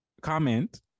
comment